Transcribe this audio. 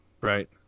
Right